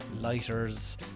lighters